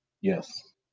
Yes